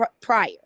prior